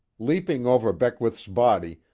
leaping over beckwith's body,